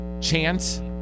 Chance